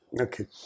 Okay